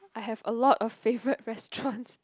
I have a lot of favorite restaurants